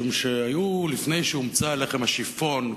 משום שלפני שהומצא לחם השיפון,